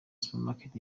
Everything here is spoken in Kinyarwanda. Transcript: supermarket